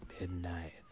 midnight